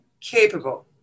capable